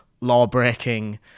law-breaking